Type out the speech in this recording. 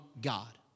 God